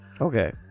Okay